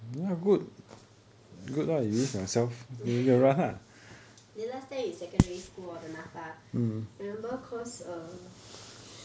then last time you in secondary school hor the NAPFA remember because err